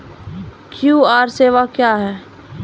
QR सेवा क्या हैं?